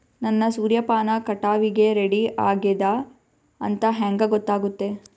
ನನ್ನ ಸೂರ್ಯಪಾನ ಕಟಾವಿಗೆ ರೆಡಿ ಆಗೇದ ಅಂತ ಹೆಂಗ ಗೊತ್ತಾಗುತ್ತೆ?